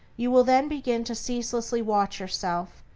you will then begin to ceaselessly watch yourself,